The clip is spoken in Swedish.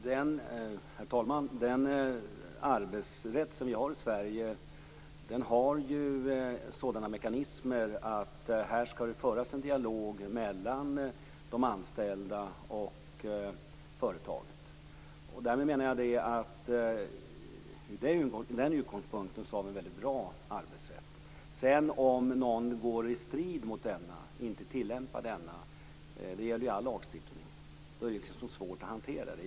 Herr talman! Den arbetsrätt som vi har i Sverige har sådana mekanismer att det här skall föras en dialog mellan de anställda och företaget. Jag menar att vi från den utgångspunkten har en väldigt bra arbetsrätt. Om sedan någon inte tillämpar arbetsrätten utan går i strid med den blir det en svårhanterad situation. Det gäller om all lagstiftning.